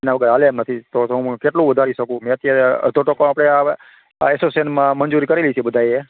એના વગર હાલે એમ નથી તો હું કેટલો વધારી સકું મે અત્યારે અડધો ટકો આપડે એસોસિયનમાં મંજૂર કરી છે બધાએ